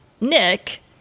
Nick